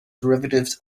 derivatives